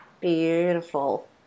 beautiful